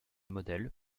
modèle